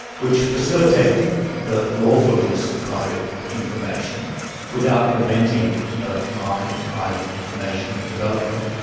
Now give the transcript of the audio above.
which facilitate the lawful use of private information without preventing the market in private information developing.